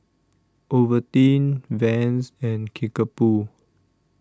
Ovaltine Vans and Kickapoo